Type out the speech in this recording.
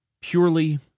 Purely